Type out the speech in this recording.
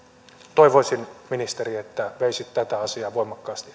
toivoisin ministeri että veisit tätä asiaa voimakkaasti